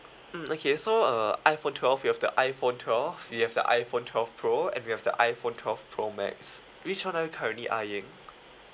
mm okay so uh iphone twelve we have the iphone twelve we have the iphone twelve pro and we have the iphone twelve pro max which one are you currently eyeing